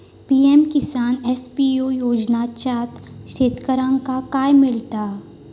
PM किसान FPO योजनाच्यात शेतकऱ्यांका काय मिळता?